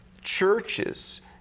Churches